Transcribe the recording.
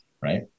Right